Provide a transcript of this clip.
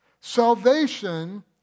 Salvation